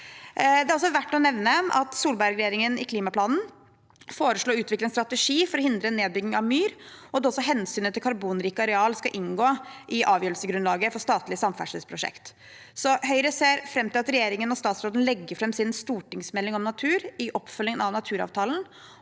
Solberg-regjeringen i sin klimaplan foreslo å utvikle en strategi for å hindre nedbygging av myr, og at også hensynet til karbonrike arealer skal inngå i avgjørelsesgrunnlaget for statlige samferdselsprosjekter. Høyre ser fram til at regjeringen og statsråden legger fram sin stortingsmelding om natur i oppfølgingen av naturavtalen,